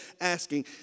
asking